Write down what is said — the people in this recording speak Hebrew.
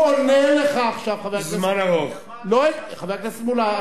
הוא עונה לך עכשיו, חבר הכנסת מולה.